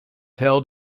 held